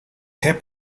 heb